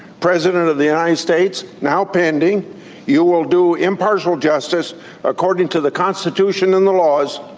president of the united states? now pending you will do impartial justice according to the constitution and the laws.